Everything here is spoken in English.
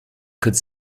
could